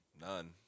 None